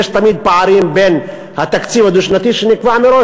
ויש תמיד פערים בין התקציב הדו-שנתי שנקבע מראש,